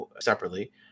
separately